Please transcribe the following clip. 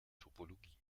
topologie